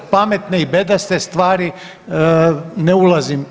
Pametne i bedaste stvari ne ulazim.